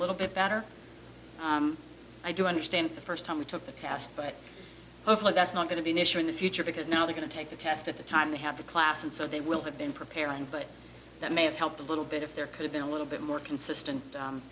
little bit better i do understand the first time we took the test but hopefully that's not going to be an issue in the future because now we're going to take the test at the time they have the class and so they will have been preparing but that may have helped a little bit if there could have been a little bit more consistent